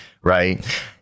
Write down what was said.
right